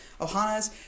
Ohana's